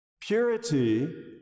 purity